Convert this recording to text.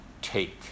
take